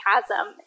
chasm